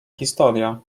historia